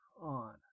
on